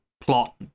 plot